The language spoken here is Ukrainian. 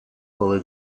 коли